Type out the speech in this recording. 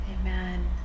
amen